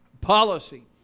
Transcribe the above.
policy